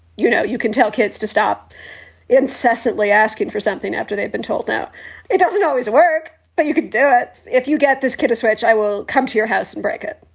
you know, you can tell kids to stop incessantly asking for something after they've been told that it doesn't always work but you could do it if you get this kid a switch. i will come to your house and break it.